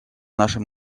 нашем